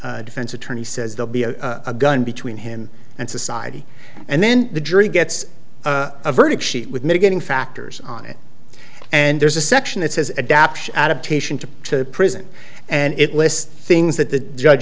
e defense attorney says they'll be a gun between him and society and then the jury gets a verdict sheet with mitigating factors on it and there's a section that says adaption adaptation to to prison and it lists things that the judge